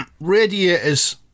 Radiators